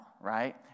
right